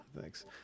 Thanks